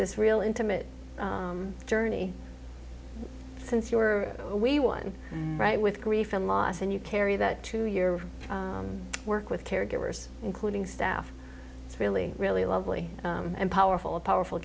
this real intimate journey since you were we one right with grief and loss and you carry that to your work with caregivers including staff it's really really lovely and powerful a powerful